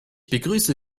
begrüße